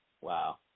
Wow